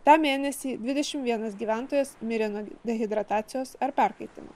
tą mėnesį dvidešimt vienas gyventojas mirė nuo dehidratacijos ar perkaitimo